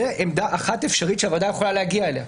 זאת עמדה אחת אפשרית שהוועדה יכולה להגיע אליה.